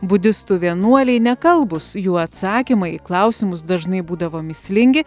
budistų vienuoliai nekalbūs jų atsakymai į klausimus dažnai būdavo mįslingi